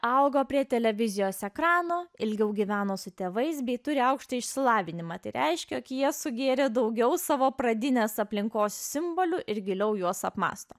augo prie televizijos ekrano ilgiau gyveno su tėvais bei turi aukštąjį išsilavinimą tai reiškia jog jie sugėrė daugiau savo pradinės aplinkos simbolių ir giliau juos apmąsto